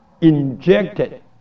injected